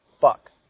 fuck